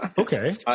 Okay